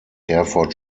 herford